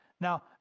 Now